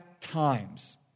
times